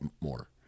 more